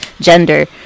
gender